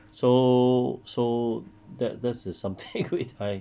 so so that is something which I